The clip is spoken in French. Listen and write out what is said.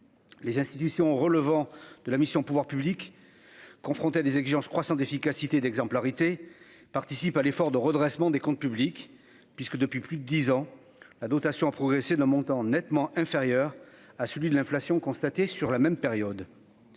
Les institutions relevant de la mission, pouvoirs publics, confrontés à des exigences croissantes d'efficacité d'exemplarité, participent à l'effort de redressement des comptes publics puisque, depuis plus de 10 ans, la dotation a progressé d'un montant nettement inférieur à celui de l'inflation constatée sur la même période